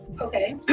Okay